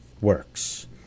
works